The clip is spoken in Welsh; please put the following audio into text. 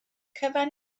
cyfan